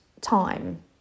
time